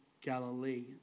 Galilee